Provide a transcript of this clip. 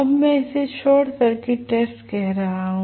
अब मैं इसे शॉर्ट सर्किट टेस्ट कह रहा हूं